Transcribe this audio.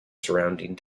surrounding